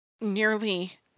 nearly